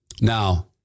Now